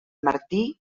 martí